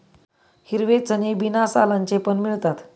हिरवे चणे बिना सालांचे पण मिळतात